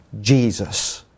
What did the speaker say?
Jesus